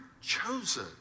chosen